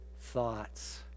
thoughts